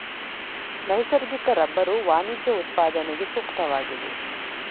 ನೈಸರ್ಗಿಕ ರಬ್ಬರು ವಾಣಿಜ್ಯ ಉತ್ಪಾದನೆಗೆ ಸೂಕ್ತವಾಗಿದೆ